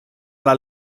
alla